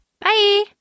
Bye